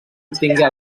obtingué